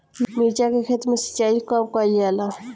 मिर्चा के खेत में सिचाई कब कइल जाला?